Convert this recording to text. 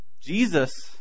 Jesus